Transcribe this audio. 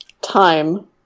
time